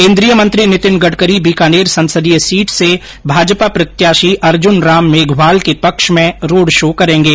केन्द्रीय मंत्री नितिन गडकरी बीकानेर संसदीय सीट से भाजपा प्रत्याशी अर्जनराम मेघवाल के पक्ष में रोड़ शो करेंगे